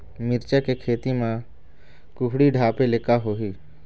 मिरचा के खेती म कुहड़ी ढापे ले का होही?